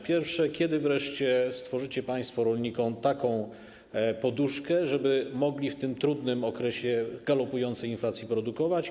Pierwsze: Kiedy wreszcie stworzycie państwo rolnikom taką poduszkę, żeby mogli w tym trudnym okresie galopującej inflacji produkować?